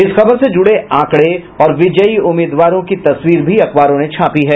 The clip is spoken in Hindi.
इस खबर से जुड़े आंकड़े और विजयी उम्मीदवारों की तस्वीर भी अखबारों ने छापा है